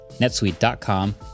Netsuite.com